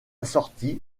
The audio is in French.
sortie